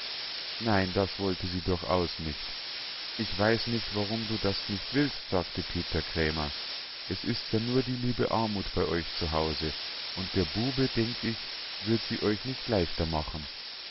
nein das wollte sie durchaus nicht ich weiß nicht warum du das nicht willst sagte peter krämer es ist ja nur die liebe armuth bei euch zu hause und der bube denk ich wird sie euch nicht leichter machen